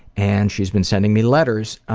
and she's been sending me letters.